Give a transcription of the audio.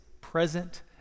present